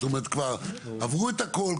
כבר עברו את הכול,